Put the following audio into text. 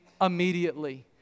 immediately